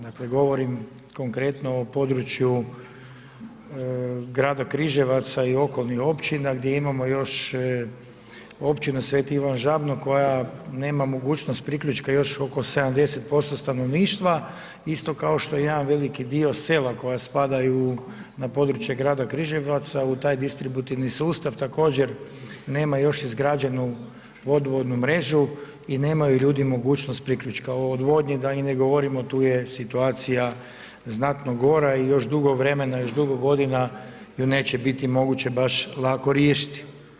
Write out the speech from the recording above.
Dakle, govorim konkretno o području grada Križevaca i okolnih općina gdje imamo još općina Sveti Ivan Žabno, koja nema mogućnost priključka još oko 70% stanovništva, isto kao što jedan veliki dio sela koja spadaju na području grada Križevaca u taj distributivni sustav također nema još izgrađenu vodovodnu mrežu i nemaju ljudi mogućnost priključka odvodnje da i ne govorimo, tu je situacija znatno gora i još dugo vremena i još dugo godina ju neće biti moguće baš lako riješiti.